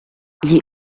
gli